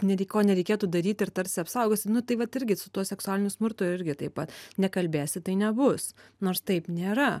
netgi ko nereikėtų daryti ir tarsi apsaugosi nu tai vat irgi su tuo seksualiniu smurtu irgi taip pat nekalbėsi tai nebus nors taip nėra